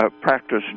practice